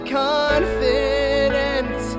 confidence